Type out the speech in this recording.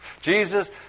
Jesus